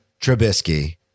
Trubisky